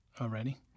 already